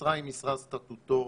המשרה היא משרה סטטוטורית,